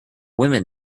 women